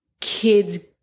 kids